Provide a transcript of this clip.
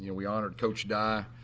you know we honored coach dye.